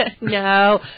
No